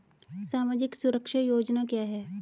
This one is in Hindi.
सामाजिक सुरक्षा योजना क्या है?